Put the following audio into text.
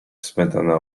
spętana